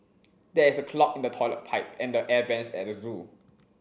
there is a clog in the toilet pipe and the air vents at the zoo